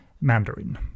Mandarin